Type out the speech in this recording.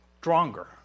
stronger